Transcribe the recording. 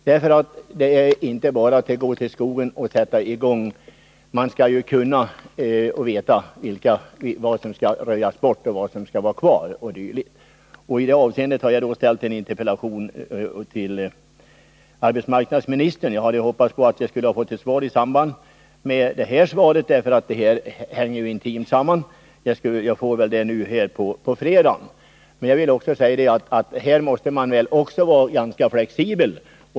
Det är inte bara att gå ut i skogen och sätta i gång med arbetet där, utan man måste ha kunskaper och veta vad som skall röjas bort och vad som skall vara kvar o. d. I det avseendet har jag framställt en interpellation till arbetsmarknadsministern, och jag hade hoppats att få svar på den i samband med att svaret på Göthe Knutsons interpellation lämnades, eftersom dessa frågor hänger så intimt samman. Nu får jag troligtvis svar på fredag, men jag vill ändå säga att man i det här avseendet måste vara ganska flexibel.